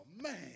man